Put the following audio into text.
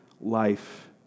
life